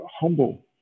humble